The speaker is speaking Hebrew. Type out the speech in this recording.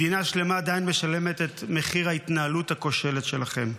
מדינה שלמה עדיין משלמת את מחיר ההתנהלות הכושלת שלכם.